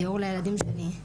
דיור לילדים שלי,